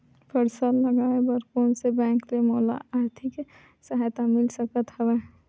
फसल लगाये बर कोन से बैंक ले मोला आर्थिक सहायता मिल सकत हवय?